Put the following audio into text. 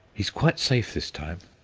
he's quite safe this time.